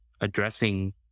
addressing